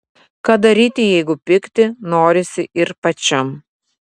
ką daryti jeigu pykti norisi ir pačiam